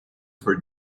for